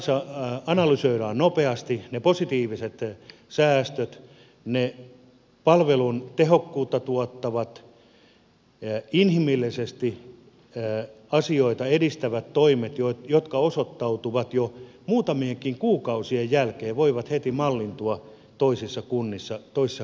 tulokset analysoidaan nopeasti ne positiiviset säästöt ne palvelun tehokkuutta tuottavat inhimillisesti asioita edistävät toimet jotka osoittautuvat jo muutamienkin kuukausien jälkeen voivat heti mallintua toisissa kunnissa toisissa kuntayhtymissä